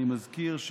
אני מזכיר: